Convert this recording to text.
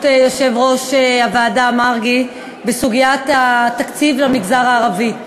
יושב-ראש הוועדה מרגי בסוגיית התקציב למגזר הערבי.